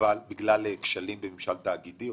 בגלל כשלים בממשל תאגידי?